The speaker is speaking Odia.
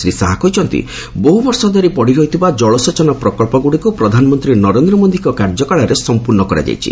ଶ୍ରୀ ଶାହା କହିଛନ୍ତି ବହୁ ବର୍ଷ ଧରି ପଡ଼ିରହିଥିବା କଳସେଚନ ପ୍ରକଳ୍ପଗୁଡ଼ିକୁ ପ୍ରଧାନମନ୍ତ୍ରୀ ନରେନ୍ଦ୍ର ମୋଦିଙ୍କ କାର୍ଯ୍ୟକାଳରେ ସମ୍ପୂର୍ଣ୍ଣ କରାଯାଇଛି